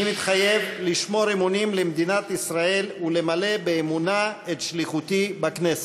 "אני מתחייב לשמור אמונים למדינת ישראל ולמלא באמונה את שליחותי בכנסת".